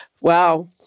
Wow